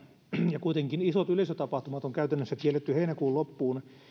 ja kuitenkin isot yleisötapahtumat on käytännössä kielletty heinäkuun loppuun asti